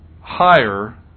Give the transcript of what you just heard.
higher